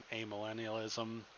amillennialism